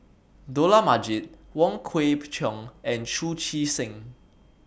Dollah Majid Wong Kwei Cheong and Chu Chee Seng